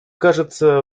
кажется